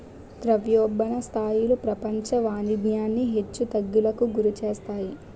ద్రవ్యోల్బణ స్థాయిలు ప్రపంచ వాణిజ్యాన్ని హెచ్చు తగ్గులకు గురిచేస్తాయి